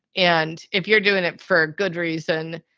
and if you're doing it for good reason,